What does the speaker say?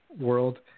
world